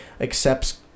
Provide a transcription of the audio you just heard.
accepts